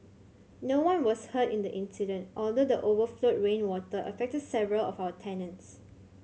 no one was hurt in the incident although the overflowed rainwater affected several of our tenants